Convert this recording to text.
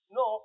no